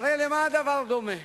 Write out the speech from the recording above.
הרי למה הדבר דומה?